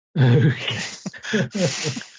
Okay